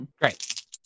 Great